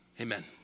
amen